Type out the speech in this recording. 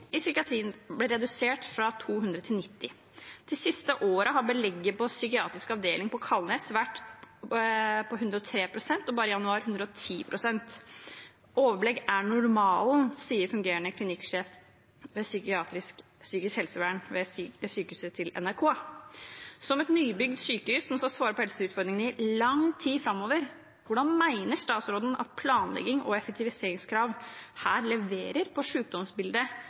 i psykiatrien er redusert fra 200 til 90. De siste årene har belegget på psykiatrisk avdeling på Kalnes vært på 103 pst. – og bare i januar 110 pst. Overbelegg er normalen, sier fungerende klinikksjef for psykisk helsevern ved sykehuset til NRK. Dette er et nybygd sykehus som skal svare på helseutfordringene i lang tid framover. Hvordan mener statsråden at planlegging og effektiviseringskrav her leverer med tanke på